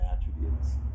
attributes